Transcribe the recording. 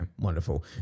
wonderful